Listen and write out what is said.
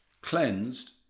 cleansed